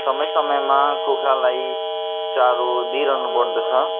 समय समयमा कुखुरालाई चारो दिइरहनु पर्दछ